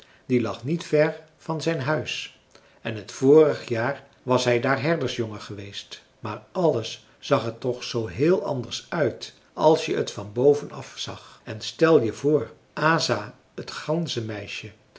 die lag niet ver van zijn huis en t vorige jaar was hij daar herdersjongen geweest maar alles zag er toch zoo heel anders uit als je het van boven af zag en stel je voor asa t